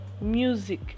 Music